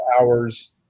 hours